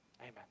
amen